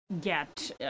get